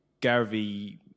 Garvey